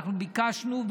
אנחנו ביקשנו,